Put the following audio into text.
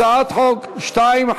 הצעת חוק 2548,